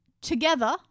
together